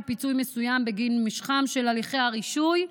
כפיצוי מסוים בגין משכם של הליכי הרישוי,